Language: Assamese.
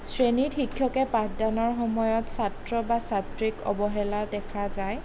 শ্ৰেণীত শিক্ষকে পাঠদানৰ সময়ত ছাত্ৰ বা ছাত্ৰীক অৱহেলা দেখা যায়